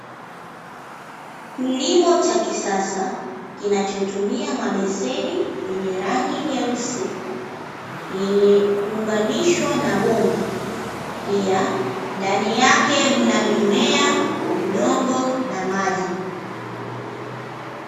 Kilimo cha kisasa kinachotumia mabeseni yenye rangi nyeusi yenye kuunganishwa na bomba, pia ndani yake mna mimea, udongo na maji.